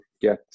get